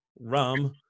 rum